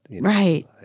Right